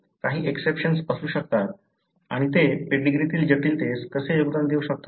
काही एक्सेपशन्स असू शकतात आणि ते पेडीग्रीतील जटिलतेस कसे योगदान देऊ शकतात